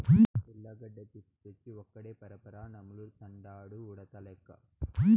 ఉర్లగడ్డ చిప్స్ తెచ్చి ఒక్కడే పరపరా నములుతండాడు ఉడతలెక్క